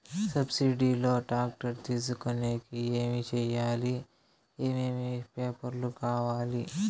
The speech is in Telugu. సబ్సిడి లో టాక్టర్ తీసుకొనేకి ఏమి చేయాలి? ఏమేమి పేపర్లు కావాలి?